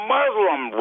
Muslim